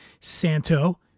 Santo